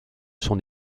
son